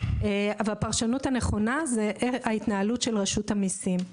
והפרשנות הנכונה היא ההתנהלות של רשות המסים.